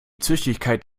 züchtigkeit